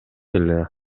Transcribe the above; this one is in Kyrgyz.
эле